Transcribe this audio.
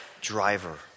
driver